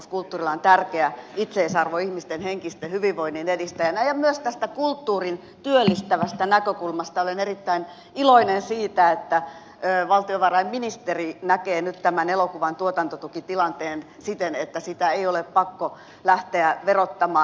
kulttuurilla on tärkeä itseisarvo ihmisten henkisen hyvinvoinnin edistäjänä ja myös kulttuurin työllistävästä näkökulmasta olen erittäin iloinen siitä että valtiovarainministeri näkee nyt elokuvan tuotantotukitilanteen siten että sitä ei ole pakko lähteä verottamaan